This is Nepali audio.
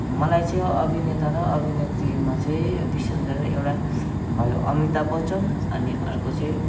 मलाई चाहिँ अभिनेता र अभिनेत्रीमा चाहिँ विशेष गरेर एउटा भयो अमिताभ बच्चन अनि अर्को चाहिँ